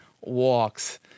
walks